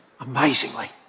amazingly